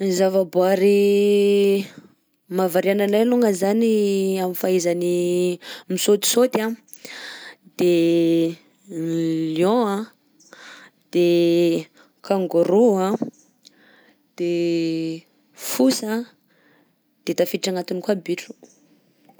Ny zavaboary mahavariana anay longany zany am'fahaizany misaotisaoty anh de lion anh, de kangourou anh, de fosa, de tafiditra agnatiny koa bitro.